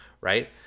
right